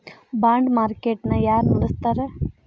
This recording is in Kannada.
ಬಾಂಡ ಮಾರ್ಕೇಟ್ ನ ಯಾರ ನಡಸ್ತಾರ?